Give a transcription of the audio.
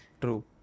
True